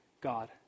God